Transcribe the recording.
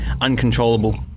uncontrollable